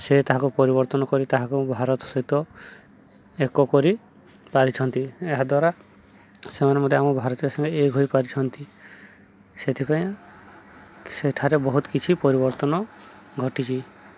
ସେ ତାହାକୁ ପରିବର୍ତ୍ତନ କରି ତାହାକୁ ଭାରତ ସହିତ ଏକ କରି ପାରିଛନ୍ତି ଏହାଦ୍ୱାରା ସେମାନେ ମଧ୍ୟ ଆମ ଭାରତ ସଙ୍ଗେ ଇଏ ହୋଇପାରିଛନ୍ତି ସେଥିପାଇଁ ସେଠାରେ ବହୁତ କିଛି ପରିବର୍ତ୍ତନ ଘଟିଛି